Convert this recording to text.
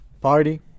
Party